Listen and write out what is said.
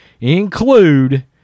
include